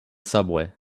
subway